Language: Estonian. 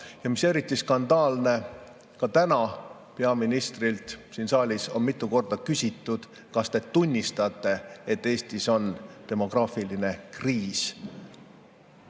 Ja mis eriti skandaalne, ka täna siin saalis on peaministrilt mitu korda küsitud, kas te tunnistate, et Eestis on demograafiline kriis.